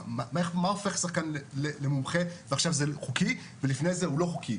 מה הופך שחקן למומחה ועכשיו זה חוקי ולפני זה הוא לא חוקי?